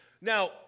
now